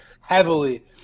heavily